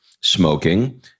smoking